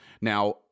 Now